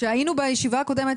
כשהיינו בישיבה הקודמת,